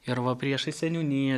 ir va priešais seniūniją